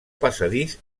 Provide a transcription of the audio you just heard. passadís